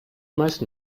meisten